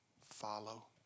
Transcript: Follow